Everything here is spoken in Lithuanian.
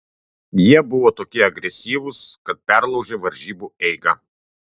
jie buvo tokie agresyvūs kad perlaužė varžybų eigą